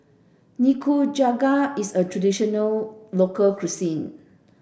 Nikujaga is a traditional local cuisine